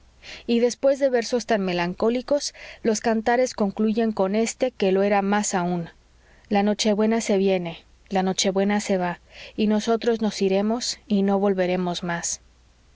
y después de versos tan melancólicos los cantares concluyeron con éste que lo era más aún la nochebuena se viene la nochebuena se va y nosotros nos iremos y no volveremos más